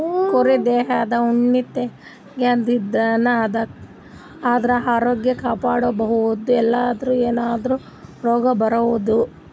ಕುರಿ ದೇಹದ್ ಉಣ್ಣಿ ತೆಗ್ಯದ್ರಿನ್ದ ಆದ್ರ ಆರೋಗ್ಯ ಕಾಪಾಡ್ಕೊಬಹುದ್ ಇಲ್ಲಂದ್ರ ಏನಾದ್ರೂ ರೋಗ್ ಬರಬಹುದ್